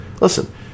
Listen